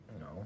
No